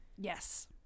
Yes